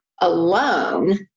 alone